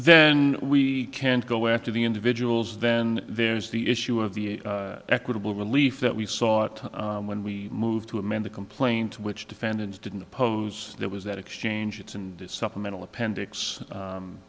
then we can go after the individuals then there is the issue of the equitable relief that we sought when we moved to amend the complaint which defendants didn't oppose that was that exchange it's in this supplemental appendix